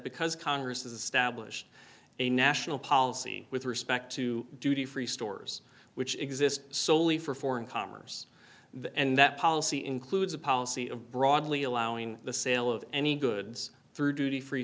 because congress is stablished a national policy with respect to duty free stores which exist solely for foreign commerce the and that policy includes a policy of broadly allowing the sale of any goods through duty free